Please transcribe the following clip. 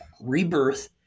rebirth